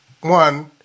one